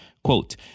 Quote